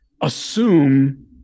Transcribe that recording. assume